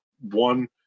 one